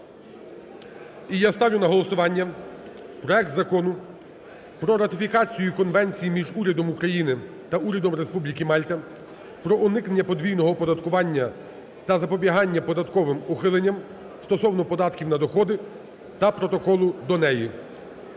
І я ставлю на голосування проект Закону про ратифікацію Конвенції між Урядом України та Урядом Республіки Мальта про уникнення подвійного оподаткування та запобігання податковим ухиленням стосовно податків на доходи та Протоколу до неї